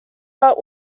but